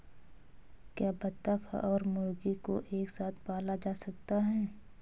क्या बत्तख और मुर्गी को एक साथ पाला जा सकता है?